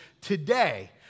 today